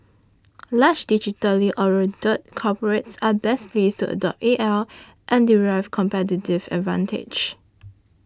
large digitally oriented corporates are best placed to adopt A L and derive competitive advantage